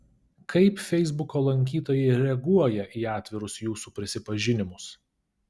kaip feisbuko lankytojai reaguoja į atvirus jūsų prisipažinimus